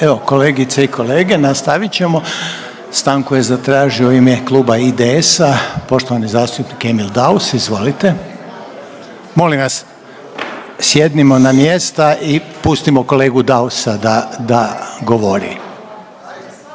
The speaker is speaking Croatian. Evo kolegice i kolege nastavit ćemo. Stanku je zatražio u ime kluba IDS-a poštovani zastupnik Emil Daus, izvolite. Molim vas sjednimo na mjesta i pustimo kolegu Dausa da govori.